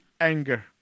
anger